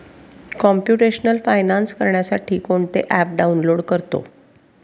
computational finance करण्यासाठी कोणते app download करतो